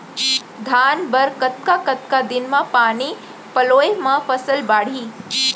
धान बर कतका कतका दिन म पानी पलोय म फसल बाड़ही?